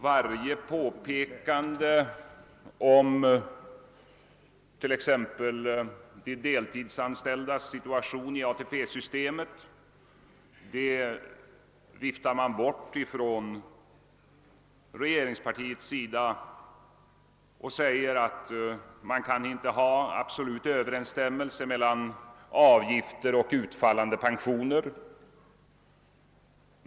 Varje påpekande om de kortoch deltidsanställdas situation i ATP-systemet viftar man på regeringssidan bort och säger att vi kan inte ha någon absolut överensstämmelse mellan avgifter och utfallande pensioner.